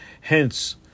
Hence